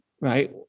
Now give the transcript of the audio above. right